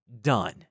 done